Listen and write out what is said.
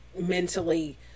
mentally